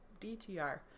dtr